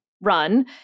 run